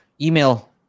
email